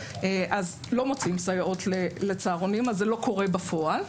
כך שלא מוצאים סייעות לצהרונים וזה לא קורה בפועל.